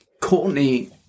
Courtney